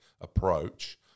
approach